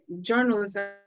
journalism